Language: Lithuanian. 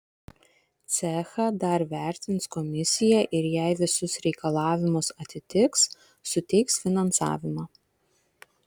cechą dar vertins komisija ir jei visus reikalavimus atitiks suteiks finansavimą